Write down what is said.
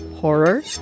horror